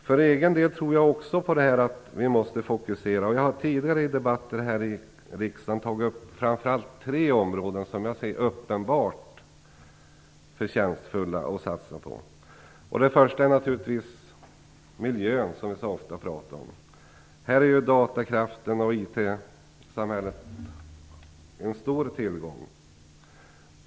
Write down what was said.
För egen del tror jag också att vi måste fokusera. Jag har tidigare i debatter här i riksdagen tagit upp framför allt tre områden som jag tycker att det är uppenbart förtjänstfullt att satsa på. Det första är naturligtvis miljön, som vi så ofta pratar om. Här är datorkraften och IT en stor tillgång.